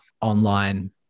online